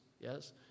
yes